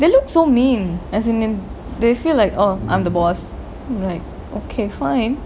they look so mean as in they feel like oh I'm the boss like okay fine